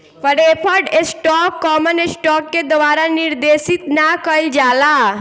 preferred stock common stock के द्वारा निर्देशित ना कइल जाला